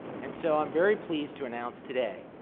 and, so, i'm very pleased to announce today